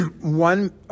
one